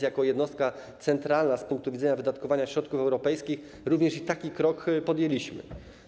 Jako jednostka centralna z punktu widzenia wydatkowania środków europejskich również taki krok podjęliśmy.